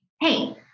Hey